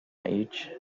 each